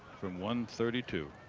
from one thirty to.